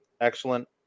excellent